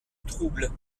trouble